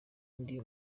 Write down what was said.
ndi